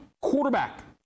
quarterback